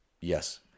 Yes